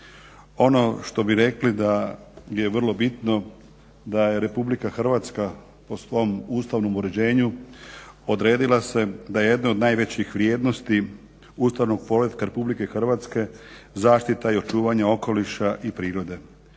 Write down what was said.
Ono što bi rekli da je vrlo bitno, da je RH po svom ustavnom uređenju odredila se da je jedne od najvećih vrijednosti ustavnog poretka RH zaštita i očuvanje okoliša i prirode.